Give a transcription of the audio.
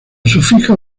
sufijo